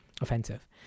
offensive